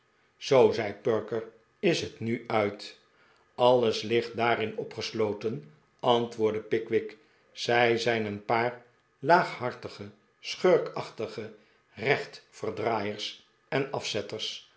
zoo zei perker is het nu uit alles hgt daarin opgesloten antwoordde pickwick zij zijn een paar laaghartige schurkachtige rechtverdraaiers en afzetters